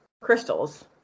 crystals